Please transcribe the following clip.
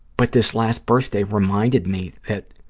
but this last birthday reminded me that